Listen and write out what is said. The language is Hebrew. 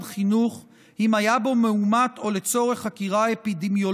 חינוך אם היה בו מאומת או לצורך חקירה אפידמיולוגית.